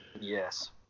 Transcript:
Yes